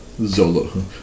Zolo